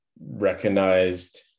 recognized